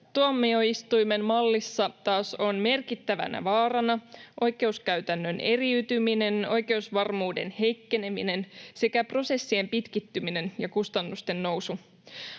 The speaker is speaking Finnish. tuomioistuimen mallissa taas on merkittävänä vaarana oikeuskäytännön eriytyminen, oikeusvarmuuden heikkeneminen sekä prosessien pitkittyminen ja kustannusten nousu.